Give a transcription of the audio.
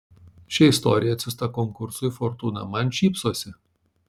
ši istorija atsiųsta konkursui fortūna man šypsosi